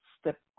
step